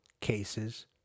cases